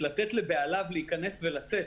לתת לבעליו להיכנס ולצאת